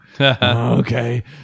Okay